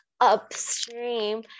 upstream